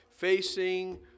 Facing